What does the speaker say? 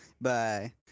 bye